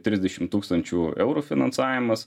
trisdešim tūkstančių eurų finansavimas